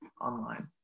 online